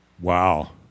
Wow